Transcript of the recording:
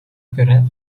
göre